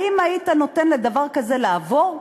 האם היית נותן לדבר כזה לעבור?